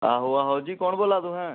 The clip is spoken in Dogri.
आहो आहो जी कुन्न बोला दे तुस